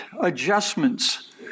adjustments